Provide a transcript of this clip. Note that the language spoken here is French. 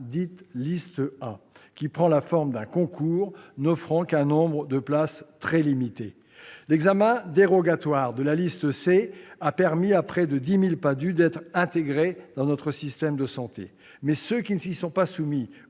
de la liste A », qui prend la forme d'un concours n'offrant qu'un nombre de places très limité. L'examen dérogatoire de la liste C a permis à près de 10 000 PADHUE d'être intégrés dans notre système de santé. Mais ceux qui ne s'y sont pas soumis,